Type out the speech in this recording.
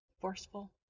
forceful